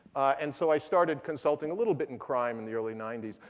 and so i started consulting a little bit in crime in the early ninety s.